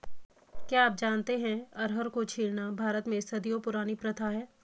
क्या आप जानते है अरहर को छीलना भारत में सदियों पुरानी प्रथा है?